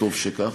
וטוב שכך,